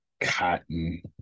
cotton